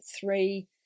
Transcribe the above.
three